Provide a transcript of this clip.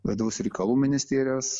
vidaus reikalų ministerijos